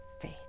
faith